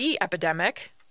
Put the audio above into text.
epidemic